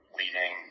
leading